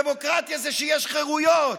דמוקרטיה זה שיש חירויות,